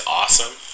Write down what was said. awesome